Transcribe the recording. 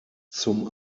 zum